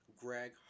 Greg